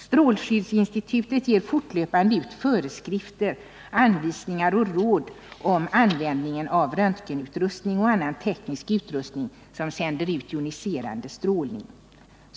Strålskyddsinstitutet ger fortlöpande ut föreskrifter, anvisningar och råd om användningen av röntgenutrustning och annan teknisk utrustning som sänder ut joniserande strålning.